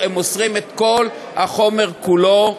הם מוסרים את כל החומר כולו,